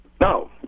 No